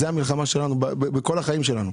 זה המלחמה שלנו בכל החיים שלנו.